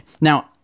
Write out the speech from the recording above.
Now